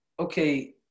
Okay